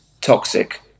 toxic